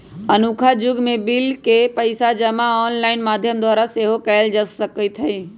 अखुन्का जुग में बिल के पइसा जमा ऑनलाइन माध्यम द्वारा सेहो कयल जा सकइत हइ